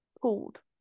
pulled